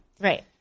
Right